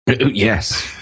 Yes